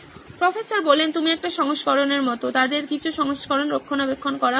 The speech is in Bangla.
প্রফেসর তুমি একটি সংস্করণের মতো তাদের কিছু সংস্করণ রক্ষণাবেক্ষণ করা হয়েছে